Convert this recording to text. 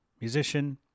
musician